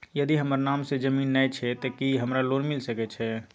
यदि हमर नाम से ज़मीन नय छै ते की हमरा लोन मिल सके छै?